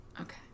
okay